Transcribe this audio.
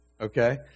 Okay